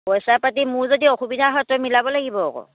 পইচা পাতি মোৰ যদি অসুবিধা হয় তই মিলাব লাগিব আকৌ